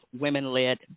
women-led